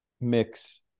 mix